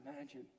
imagine